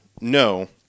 no